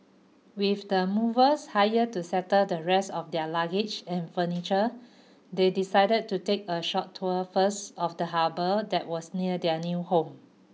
with the movers hired to settle the rest of their luggage and furniture they decided to take a short tour first of the harbour that was near their new home